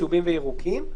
צהובים וירוקים.